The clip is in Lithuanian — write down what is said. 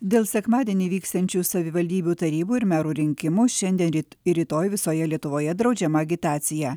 dėl sekmadienį vyksiančių savivaldybių tarybų ir merų rinkimų šiandien ryt ir rytoj visoje lietuvoje draudžiama agitacija